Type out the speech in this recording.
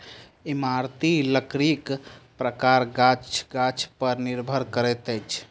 इमारती लकड़ीक प्रकार गाछ गाछ पर निर्भर करैत अछि